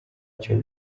cyo